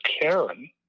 Karen